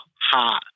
hot